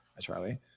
charlie